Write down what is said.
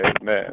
Amen